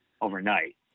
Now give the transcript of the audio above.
overnight